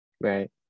Right